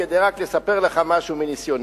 כדי רק לספר לך משהו מניסיוני.